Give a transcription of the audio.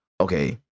Okay